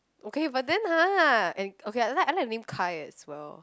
okay but then !huh! and okay lah I like I like the name kai as well